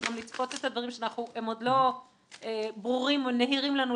זה גם לצפות את הדברים שהם עוד לא ברורים או נהירים לנו לגמרי.